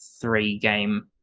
three-game